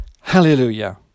Hallelujah